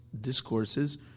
discourses